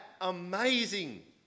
amazing